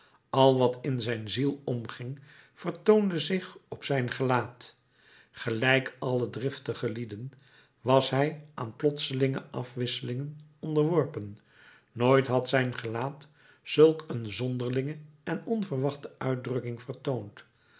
al wat in zijn ziel omging vertoonde zich op zijn gelaat gelijk alle driftige lieden was hij aan plotselinge afwisselingen onderworpen nooit had zijn gelaat zulk een zonderlinge en onverwachte uitdrukking vertoond